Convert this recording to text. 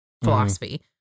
philosophy